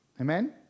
Amen